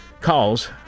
Calls